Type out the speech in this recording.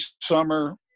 summer